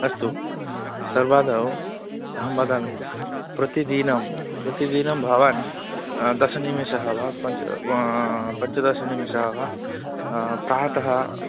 अस्तु सर्वादौ अहं वदामि प्रतिदिनं प्रतिदिनं भवान् दशनिमेषः वा पञ्च वा पञ्चदशनिमेषः वा प्रातः